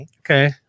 Okay